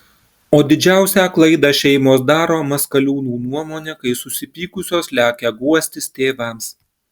o didžiausią klaidą šeimos daro maskaliūnų nuomone kai susipykusios lekia guostis tėvams